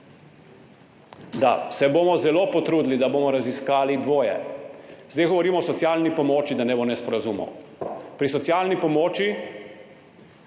da se bomo zelo potrudili, da bomo raziskali dvoje. Zdaj govorimo o socialni pomoči, da ne bo nesporazumov. Pri socialni pomoči